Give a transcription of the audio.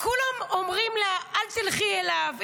אלישע.